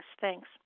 Thanks